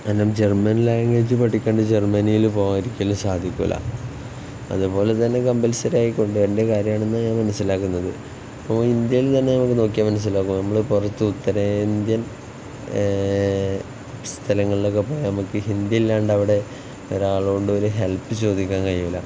കാരണം German language പഠിക്കാതെ ജർമ്മനിയിൽ പോകാനൊരിക്കലും സാധിക്കുകയില്ല അതുപോലെ തന്നെ കമ്പൽസറി ആയത് കൊണ്ട് എൻ്റെ കാര്യമാണെന്ന് ഞാൻ മനസ്സിലാക്കുന്നത് അപ്പോൾ ഇന്ത്യയിൽ തന്നെ നമുക്ക് നോക്കിയാൽ മനസ്സിലാകും നമ്മൾ പുറത്ത് ഉത്തരേന്ത്യൻ സ്ഥലങ്ങളിലൊക്കെ പോയാൽ നമുക്ക് ഹിന്ദി ഇല്ലാതെ അവിടെ ഒരാളോട് ഒരു ഹെൽപ്പ് ചോദിക്കാൻ കഴിയുകയില്ല